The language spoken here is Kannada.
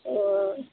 ಓ